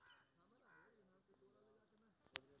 सबसे अच्छा पशु के दाना की हय?